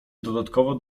dodatkowo